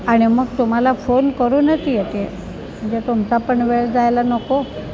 आणि मग तुम्हाला फोन करूनच येते म्हणजे तुमचा पण वेळ जायला नको